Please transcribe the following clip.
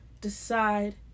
decide